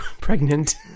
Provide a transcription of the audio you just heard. pregnant